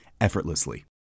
effortlessly